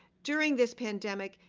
during this pandemic,